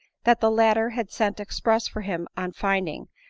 that the latter had sent express for him on finding,